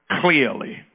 Clearly